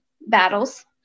battles